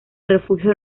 refugio